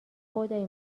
خدای